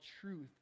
truth